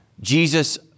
Jesus